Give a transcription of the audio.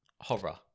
horror